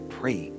pray